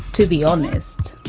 to be honest,